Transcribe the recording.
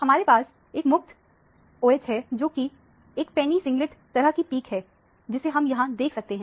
हमारे पास एक मुक्त OH है जो कि एक पैनी सिंगलेट तरह की पिक है जिसे हम यहां देख सकते हैं